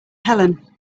helen